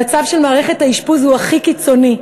המצב של מערכת האשפוז הוא הכי קיצוני,